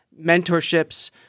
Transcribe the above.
mentorships